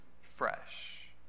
fresh